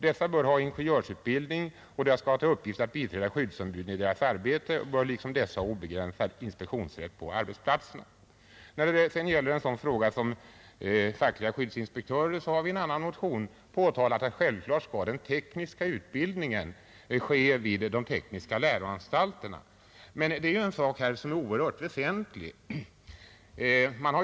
Dessa bör ha ingenjörsutbildning, och de skall ha till uppgift att biträda skyddsombuden i deras arbete och bör liksom dessa ha obegränsad inspektionsrätt på arbetsplatserna.” När det sedan gäller en sådan fråga som fackliga skyddsinspektörer har vi i en annan motion påtalat att den tekniska utbildningen självfallet skall äga rum vid de tekniska läroanstalterna. Detta är ju en sak som är oerhört väsentlig.